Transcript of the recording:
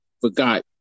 forgot